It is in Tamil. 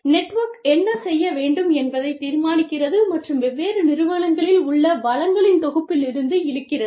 நெட்வொர்க் என்ன செய்ய வேண்டும் என்பதைத் தீர்மானிக்கிறது மற்றும் வெவ்வேறு நிறுவனங்களில் உள்ள வளங்களின் தொகுப்பிலிருந்து இழுக்கிறது